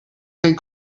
geen